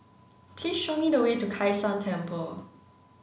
please show me the way to Kai San Temple